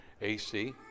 AC